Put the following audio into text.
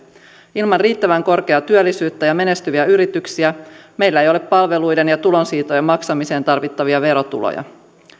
ilman riittävän korkeaa työllisyyttä ja menestyviä yrityksiä meillä ei ole palveluiden ja tulonsiirtojen maksamiseen tarvittavia verotuloja